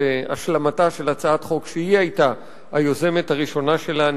השלמתה של הצעת חוק שהיא היתה היוזמת הראשונה שלה,